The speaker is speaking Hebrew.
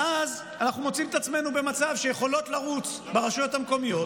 ואז אנחנו מוצאים את עצמנו במצב שבו יכולות לרוץ ברשויות המקומיות